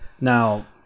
Now